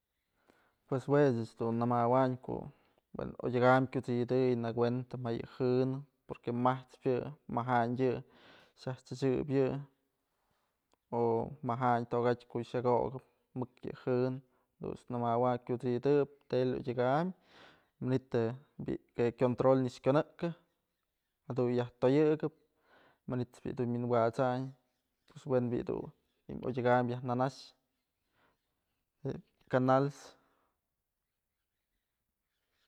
Pues jue ëch dun namawayn ko'o we'en odyëkam kyusidëy, nakuenta ma yë jënën porque mat'spë yë majandyë yë, xyaj t'sëchëb yë o majandyë tokatyë ko'o xak okëp, mëk yë jën jadunt's namawayn kyusidëp tele edyëkam manytë je'e bi'i je'e kyontrol nëkx kyonëkë jadun yaj toyëkëp manyt's bi'i dun winwasayn we'en bi'i dun odyëkam yaj nanax je'e canals.